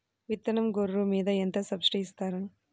విత్తనం గొర్రు మీద ఎంత సబ్సిడీ ఇస్తారు?